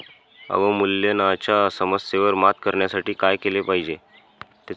अवमूल्यनाच्या समस्येवर मात करण्यासाठी काय केले पाहिजे?